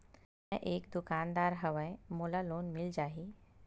मै एक दुकानदार हवय मोला लोन मिल जाही?